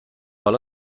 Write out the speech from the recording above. حالا